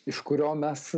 iš kurio mes